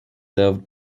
served